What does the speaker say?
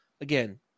again